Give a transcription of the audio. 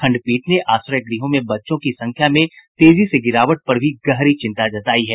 खंडपीठ ने आश्रय गृहों में बच्चों की संख्या में तेजी से गिरावट पर भी गहरी चिंता जतायी है